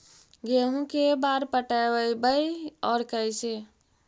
गेहूं के बार पटैबए और कैसे?